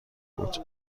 بود